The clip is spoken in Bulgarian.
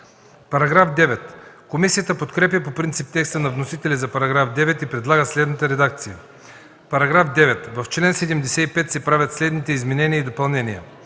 ВЪЛКОВ: Комисията подкрепя по принцип текста на вносителя за § 9 и предлага следната редакция: „§ 9. В чл. 75 се правят следните изменения и допълнения: